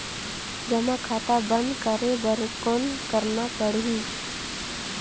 जमा खाता बंद करे बर कौन करना पड़ही?